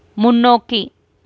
முன்னோக்கி